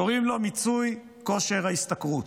קוראים לו מיצוי כושר ההשתכרות.